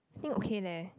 think okay leh